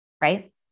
Right